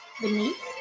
Beneath